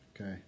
Okay